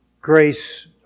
grace